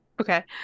Okay